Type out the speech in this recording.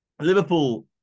Liverpool